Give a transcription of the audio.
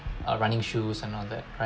uh running shoes and all that right